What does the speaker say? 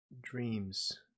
Dreams